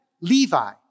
Levi